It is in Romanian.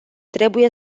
trebuie